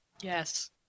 Yes